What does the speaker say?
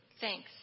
Thanks